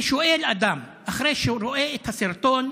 ושואל אדם, אחרי שהוא רואה את הסרטון,